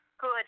Good